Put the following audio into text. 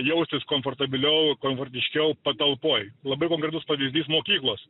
jaustis komfortabiliau komfortiškiau patalpoj labai konkretus pavyzdys mokyklos